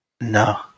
No